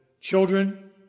Children